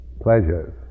pleasures